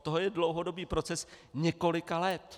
To je dlouhodobý proces několika let.